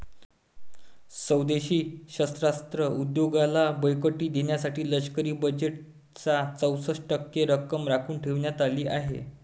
स्वदेशी शस्त्रास्त्र उद्योगाला बळकटी देण्यासाठी लष्करी बजेटच्या चौसष्ट टक्के रक्कम राखून ठेवण्यात आली होती